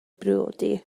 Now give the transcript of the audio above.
briodi